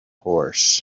horse